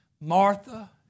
Martha